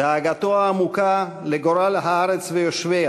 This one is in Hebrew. דאגתו העמוקה לגורל הארץ ויושביה